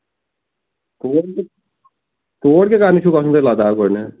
تور یی زِ تور کیٛاہ کرنہِ چھُو گژھُن تۅہہِ لداخ گۅڈنیٚتھ